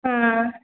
മ്മ്